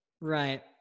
Right